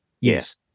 Yes